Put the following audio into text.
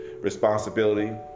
responsibility